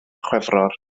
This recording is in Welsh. chwefror